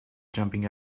jumping